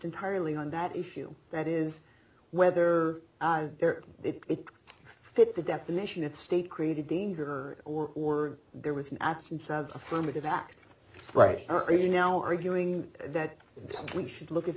entirely on that issue that is whether it fit the definition of state created danger or or there was an absence of affirmative act right now arguing that we should look at